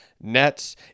nets